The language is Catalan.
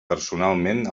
personalment